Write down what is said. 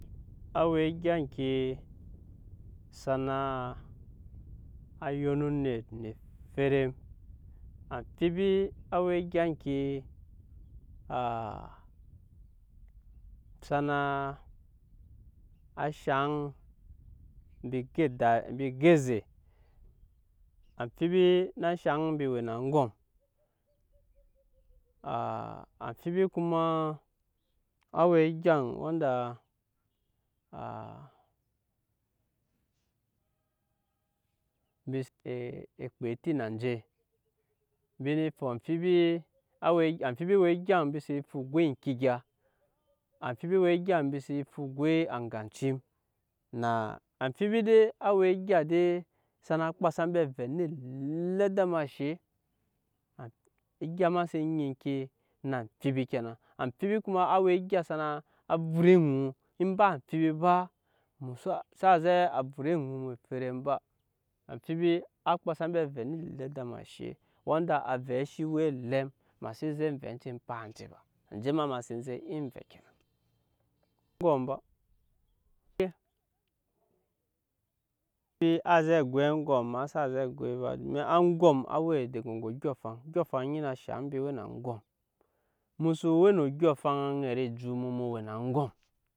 Á we egya eŋke sana á yona onet eferem amfibi á we egya eŋke sana á shaŋ embi ko da embi go eze amfibi naa shaŋ mbi we na aŋgɔm amfibi kuma á we egya wanda embi nee kpa eti na enje. embi nee fu amfibi. mbi nee amfibi á we amfibi we egya wanda ekpa eti a nje embi nee fu amfibi á we ambfi we egya embi see fu goi eŋke egya amfibi we egya mbi senee fu goi aŋga ecim na amfibi dei á we egya dei sana kpasa mbi avɛ ne elɛdama eshe egya ma sen nyi ŋke na amfibi kenan amfibi kuma á we egya sana á vut eŋu in ba amfibi ba mu sa xsa zɛ vut eŋu mu eferem ba amfibi á kpasa mbi avɛ ne elɛdama eshe wanda avɛ cii we elɛm ma xsen zɛ vɛ enje empa nje ba anje ma sen zɛ iya vɛ kenan domin aŋgɔm á we daga eŋgo odyɔŋ afaŋ, odyɔŋ afaŋ eni naa shaŋ mbi we na aŋgɔm, emu soo we no odyɔŋ afaŋ ejut mu mu we na aŋgɔm.